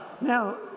Now